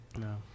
No